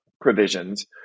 provisions